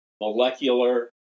molecular